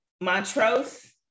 Montrose